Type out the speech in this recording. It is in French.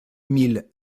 mille